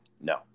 No